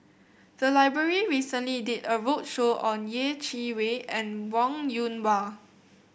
the library recently did a roadshow on Yeh Chi Wei and Wong Yoon Wah